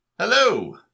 Hello